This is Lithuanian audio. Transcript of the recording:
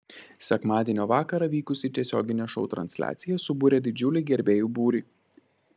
sekmadienio vakarą vykusi tiesioginė šou transliacija subūrė didžiulį gerbėjų būrį